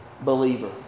believer